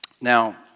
Now